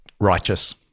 Righteous